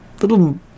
little